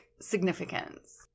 significance